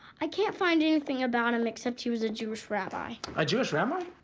i can't find anything about him except he was a jewish rabbi. a jewish rabbi?